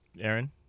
Aaron